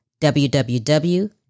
www